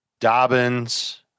Dobbins